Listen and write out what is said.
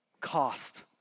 Cost